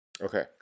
Okay